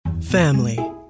Family